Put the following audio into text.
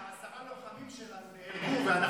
שעשרה לוחמים שלנו נהרגו ואנחנו,